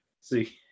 see